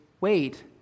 wait